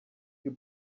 you